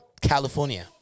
California